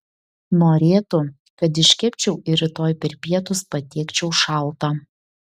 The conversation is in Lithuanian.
norėtų kad iškepčiau ir rytoj per pietus patiekčiau šaltą